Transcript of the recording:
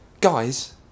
guys